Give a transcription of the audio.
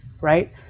right